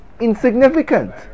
insignificant